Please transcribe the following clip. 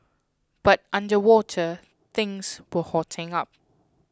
but underwater things were hotting up